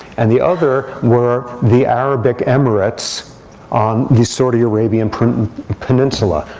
and the other were the arabic emirates on the saudi arabian peninsula,